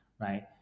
right